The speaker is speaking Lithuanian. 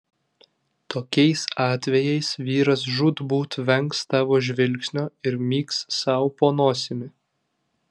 tokiais atvejais vyras žūtbūt vengs tavo žvilgsnio ir myks sau po nosimi